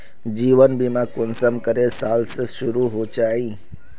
जीवन बीमा कुंसम करे साल से शुरू होचए?